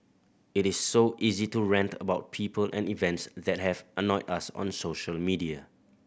it is so easy to rant about people and events that have annoyed us on social media